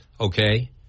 Okay